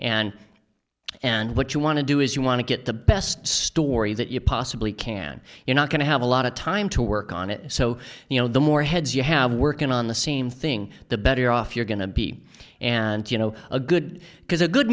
and and what you want to do is you want to get the best story that you possibly can you're not going to have a lot of time to work on it so you know the more heads you have working on the same thing the better off you're going to be and you know a good